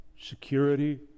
security